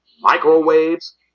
microwaves